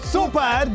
Super